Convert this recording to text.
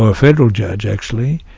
ah federal judge actually,